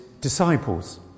disciples